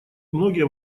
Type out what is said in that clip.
многие